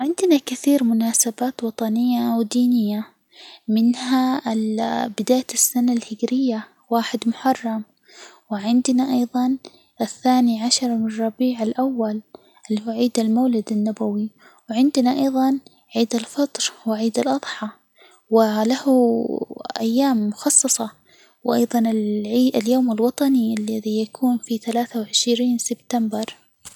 عندنا كثير مناسبات وطنية، ودينية، منها ال بداية السنة الهجرية واحد محرم، وعندنا أيضاً الثاني عشر من ربيع الأول اللي هو عيد المولد النبوي، وعندنا أيضاً عيد الفطر و عيد الاضحى وله أيام مخصصة، وأيضاً اليوم الوطني الذي يكون في ثلاثة وعشرين سبتمبر.